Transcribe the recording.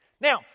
Now